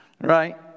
Right